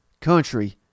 country